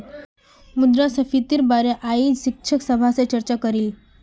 मुद्रास्फीतिर बारे अयेज शिक्षक सभा से चर्चा करिल